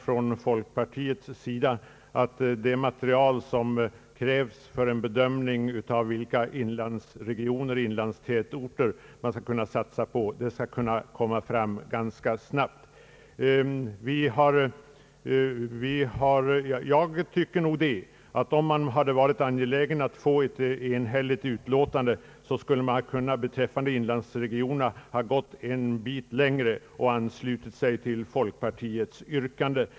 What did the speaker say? Från folkpartiets sida anser vi att det material som krävs för en bedömning av vilka inlandsregioner och tätorter som man skall satsa på bör komma fram snabbt. Hade man varit angelägen om att få till stånd ett enhälligt utskottsutlåtande skulle man beträffande inlandsregionerna ha kunnat gå en bit längre och ansluta sig till folkpartiets yrkande.